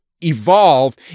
evolve